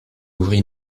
ouvrit